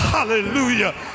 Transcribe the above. Hallelujah